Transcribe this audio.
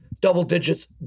double-digits